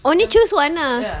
only choose one ah